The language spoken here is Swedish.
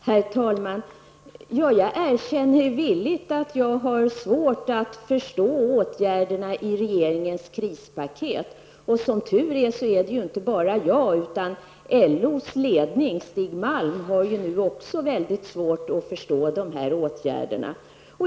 Herr talman! Jag erkänner villigt att jag har svårt att förstå åtgärderna i regeringens krispaket. Lyckligtvis är det inte bara jag som har det, utan även Stig Malm har väldigt svårt att förstå de åtgärderna.